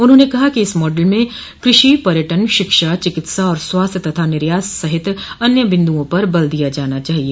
उन्होंने कहा कि इस मॉडल में कृषि पर्यटन शिक्षा चिकित्सा और स्वास्थ्य तथा निर्यात सहित अन्य बिन्दुओं पर बल दिया जाना चाहिए